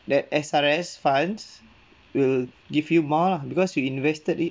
that S_R_S funds will give you more lah because you invested it